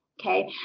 okay